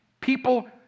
People